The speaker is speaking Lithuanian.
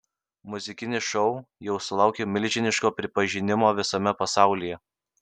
muzikinis šou jau sulaukė milžiniško pripažinimo visame pasaulyje